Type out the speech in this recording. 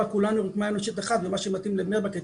כולנו רקמה אנושית אחת ומה שמתאים לבני ברק,